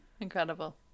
Incredible